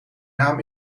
naam